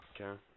Okay